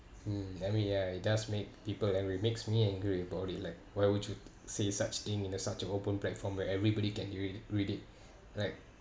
mm I mean ya it does make people angry makes me angry about it like why would you say such thing in a such open platform where everybody can read read it like